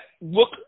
look